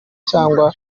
cyangwa